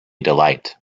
delight